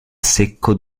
secco